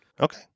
Okay